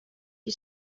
you